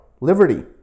Liberty